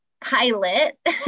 pilot